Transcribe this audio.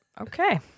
Okay